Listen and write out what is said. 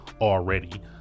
already